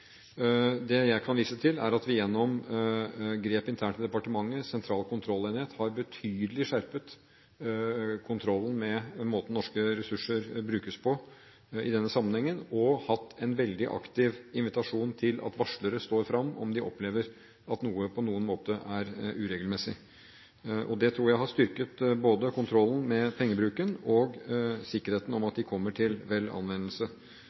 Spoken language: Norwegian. Det jeg kan vise til, er at vi gjennom grep internt i departementet, Sentral kontrollenhet, har skjerpet kontrollen med måten norske ressurser brukes på i denne sammenhengen, betydelig og hatt en veldig aktiv invitasjon til at varslere står fram om de opplever at noe på noen måte er uregelmessig. Det tror jeg har styrket både kontrollen med pengebruken og vissheten om at de kommer til god anvendelse.